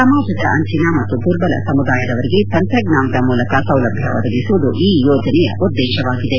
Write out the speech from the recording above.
ಸಮಾಜದ ಅಂಚಿನ ಮತ್ತು ದುರ್ಬಲ ಸಮುದಾಯದವರಿಗೆ ತಂತ್ರಜ್ಞಾನದ ಮೂಲಕ ಸೌಲಭ್ಯ ಒದಗಿಸುವುದು ಈ ಯೋಜನೆಯ ಉದ್ದೇಶವಾಗಿದೆ